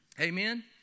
Amen